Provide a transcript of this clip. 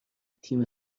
تیم